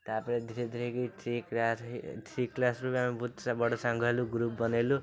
ତା'ପରେ ଧୀରେ ଧୀରେ କି ଥ୍ରୀ କ୍ଲାସ୍ ହେଇ ଥ୍ରୀ କ୍ଲାସ୍ରୁ ଆମେ ବହୁତ ବଡ଼ ସାଙ୍ଗ ହେଲୁ ଗ୍ରୁପ୍ ବନେଇଲୁ